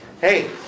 hey